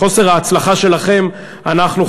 על חוסר ההצלחה שלכם אנחנו,